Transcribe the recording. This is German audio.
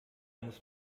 muss